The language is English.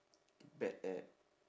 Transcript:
bad at